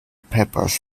papers